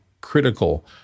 critical